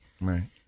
Right